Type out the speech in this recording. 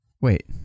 Wait